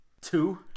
Two